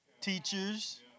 teachers